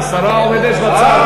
השרה עומדת בצד.